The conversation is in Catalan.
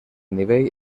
nivell